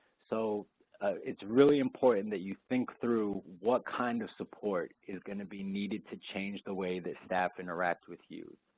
so it's really important that you think through what kind of support is gonna be needed to change the way that staff interact with youth.